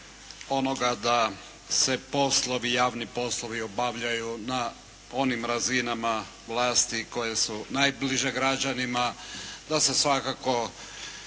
onoga da se poslovi, javni poslovi obavljaju na onim razinama vlasti koje su najbliže građanima, da se svakako